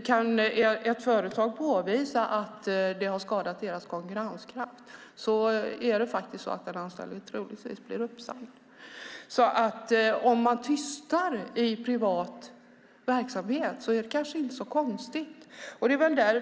Kan ett företag påvisa att det har skadat dess konkurrenskraft blir den anställde troligtvis uppsagd. Om man tystar i privat verksamhet är det kanske inte så konstigt.